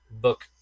book